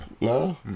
No